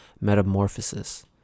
metamorphosis